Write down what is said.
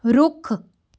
ਰੁੱਖ